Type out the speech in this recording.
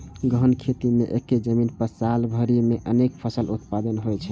गहन खेती मे एक्के जमीन पर साल भरि मे अनेक फसल उत्पादन होइ छै